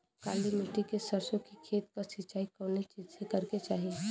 काली मिट्टी के सरसों के खेत क सिंचाई कवने चीज़से करेके चाही?